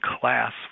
class